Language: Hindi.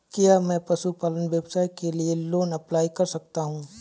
क्या मैं पशुपालन व्यवसाय के लिए लोंन अप्लाई कर सकता हूं?